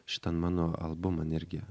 šitan mano albuman irgi